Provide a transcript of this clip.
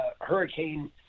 Hurricane